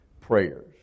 prayers